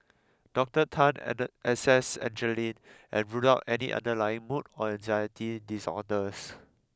Doctor Tan add assessed Angeline and ruled out any underlying mood or anxiety disorders